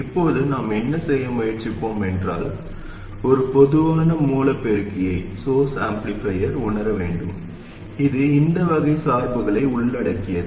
இப்போது நாம் என்ன செய்ய முயற்சிப்போம் என்றால் ஒரு பொதுவான மூல பெருக்கியை உணர வேண்டும் இது இந்த வகை சார்புகளை உள்ளடக்கியது